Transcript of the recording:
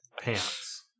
pants